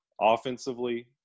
offensively